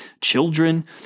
children